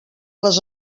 les